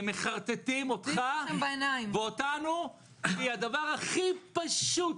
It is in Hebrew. הם מחרטטים אותך ואותנו כי הדבר הכי פשוט,